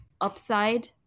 upside